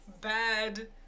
Bad